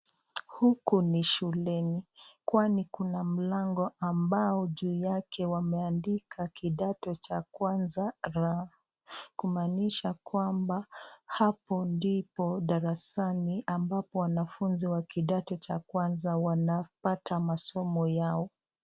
Huku ni shuleni, kwani Kuna mlango ambao juu yake wameandika kidato cha kwanza, kumanisha kwamba hapo ndipo darasani ambapo wanafunzi Wa kidato cha kwanza wanapata masomo Yao.